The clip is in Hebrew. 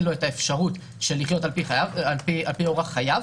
לו את האפשרות לחיות על פי אורח חייו,